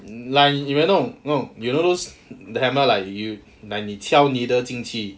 like you know you know those the hammer like you like 你敲 needle 进去